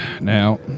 Now